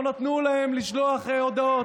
לא נתנו להם לשלוח הודעות.